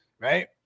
right